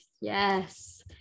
yes